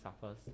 suffers